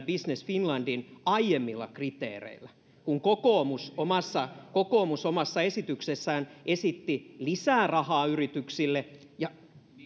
business finlandin aiemmilla kriteereillä kun kokoomus omassa kokoomus omassa esityksessään esitti lisää rahaa yrityksille ja